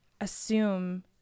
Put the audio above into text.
assume